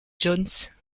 jones